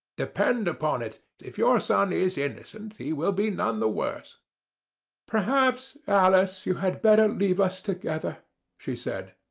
depend upon it, if your son is innocent he will be none the worse perhaps, alice, you had better leave us together she said,